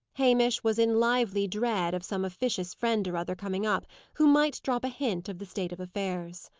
hamish was in lively dread of some officious friend or other coming up, who might drop a hint of the state of affairs.